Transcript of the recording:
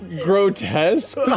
grotesque